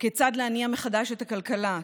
כיצד להניע מחדש את הכלכלה,